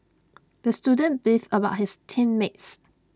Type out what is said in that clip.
the student beefed about his team mates